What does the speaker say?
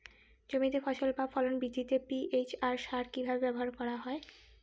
জমিতে ফসল বা ফলন বৃদ্ধিতে পি.জি.আর সার কীভাবে ব্যবহার করা হয়?